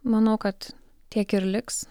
manau kad tiek ir liks